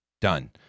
done